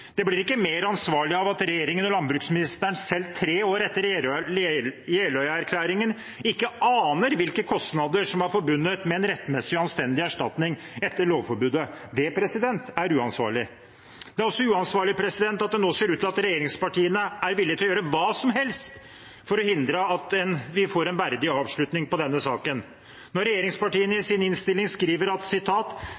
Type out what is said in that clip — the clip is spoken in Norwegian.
blir ikke mer ansvarlig av at regjeringen og landbruksministeren selv tre år etter Jeløya-erklæringen ikke aner hvilke kostnader som er forbundet med en rettmessig og anstendig erstatning etter lovforbudet. Det er uansvarlig. Det er også uansvarlig at det nå ser ut til at regjeringspartiene er villige til å gjøre hva som helst for å hindre at vi får en verdig avslutning på denne saken. Regjeringspartiene skriver i